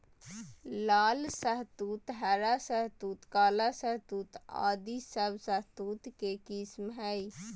लाल शहतूत, हरा शहतूत, काला शहतूत आदि सब शहतूत के किस्म हय